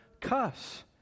cuss